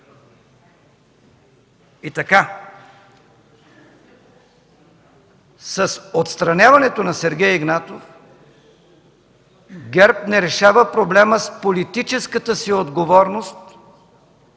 от ГЕРБ. С отстраняването на Сергей Игнатов ГЕРБ не решава въпроса с политическата си отговорност